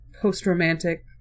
post-romantic